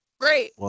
great